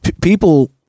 people